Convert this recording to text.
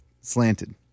slanted